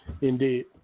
Indeed